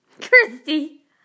Christy